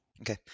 Okay